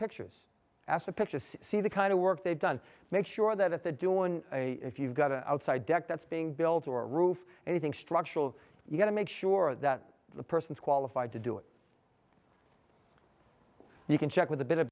picture see the kind of work they've done make sure that the doing a if you've got an outside deck that's being built or a roof anything structural you gotta make sure that the person is qualified to do it you can check with a bit of